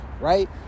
right